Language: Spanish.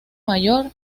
mayor